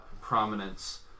prominence